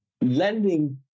lending